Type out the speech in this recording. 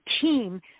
team